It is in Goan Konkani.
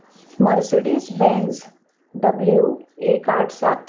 मर्सडीज बँन्स डब्ल्यू एक आठ सात